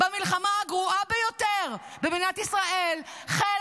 במלחמה הגרועה ביותר במדינת ישראל חיל